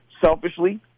selfishly